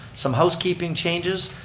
some housekeeping changes,